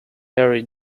harry